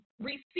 receive